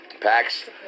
packs